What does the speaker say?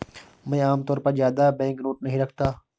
मैं आमतौर पर ज्यादा बैंकनोट नहीं रखता